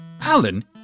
Alan